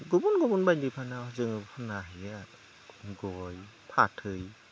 गुबुन गुबुन बायदि बायदि फानो जों फाननो हायो आरो गय फाथै